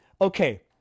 okay